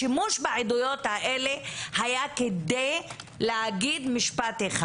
השימוש בעדויות האלה היה כדי להגיד משפט אחד.